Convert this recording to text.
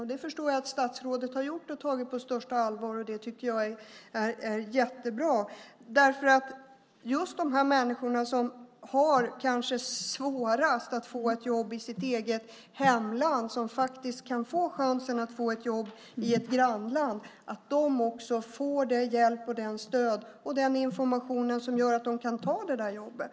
Jag förstår att statsrådet har tagit dem på största allvar, och det tycker jag är jättebra. Just de människor som har svårt att få ett jobb i sitt eget hemland och som kan få chansen att få ett jobb i ett grannland behöver få den hjälp, det stöd och den information som gör att de kan ta det där jobbet.